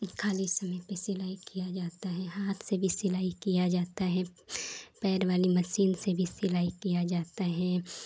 ऊ खाली पैंट सिलाई किया जाता है हाथ से भी सिलाई किया जाता है पैर वाली मशीन से भी सिलाई किया जाता है